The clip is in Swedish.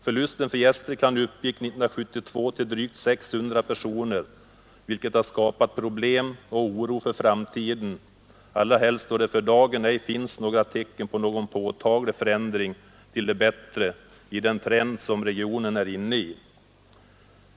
Förlusten för Gästrikland uppgick 1972 till drygt 600 personer, vilket har skapat problem och oro för framtiden, allra helst då det för dagen inte finns tecken på någon förändring till det bättre i den trend som regionen är inne i.